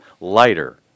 lighter